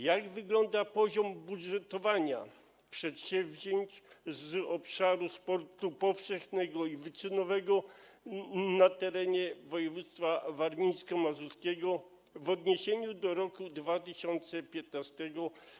Jak wygląda poziom budżetowania przedsięwzięć z obszaru sportu powszechnego i wyczynowego na terenie województwa warmińsko-mazurskiego w odniesieniu do roku 2015?